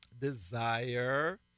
desire